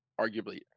arguably